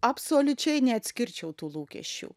absoliučiai neatskirčiau tų lūkesčių